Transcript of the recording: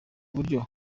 uburyo